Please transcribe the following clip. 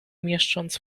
mieszcząc